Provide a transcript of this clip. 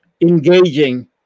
engaging